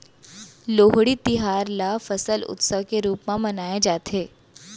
लोहड़ी तिहार ल फसल उत्सव के रूप म मनाए जाथे